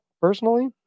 personally